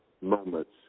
moments